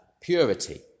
purity